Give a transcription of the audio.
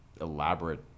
elaborate